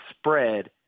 spread